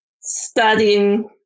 studying